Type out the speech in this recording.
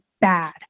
bad